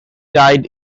died